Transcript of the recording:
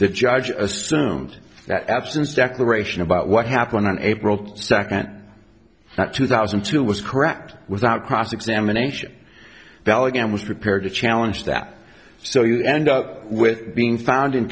the judge assumed that absence declaration about what happened on april second two thousand and two was correct without cross examination valid and was prepared to challenge that so you end up with being found